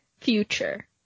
future